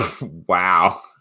wow